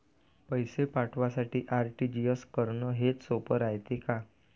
पैसे पाठवासाठी आर.टी.जी.एस करन हेच सोप रायते का?